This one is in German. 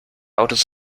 autos